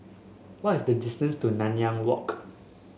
what is the distance to Nanyang Walk